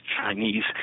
Chinese